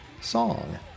song